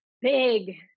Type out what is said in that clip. big